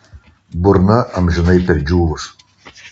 burna amžinai perdžiūvus